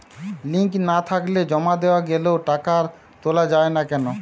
Link না থাকলে জমা দেওয়া গেলেও টাকা তোলা য়ায় না কেন?